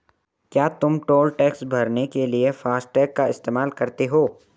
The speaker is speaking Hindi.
क्या तुम टोल टैक्स भरने के लिए फासटेग का इस्तेमाल करते हो?